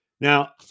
Now